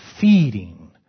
feeding